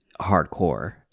hardcore